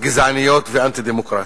גזעניות ואנטי-דמוקרטיות,